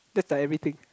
that's like everything